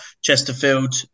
Chesterfield